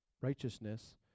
righteousness